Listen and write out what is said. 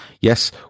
Yes